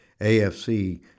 AFC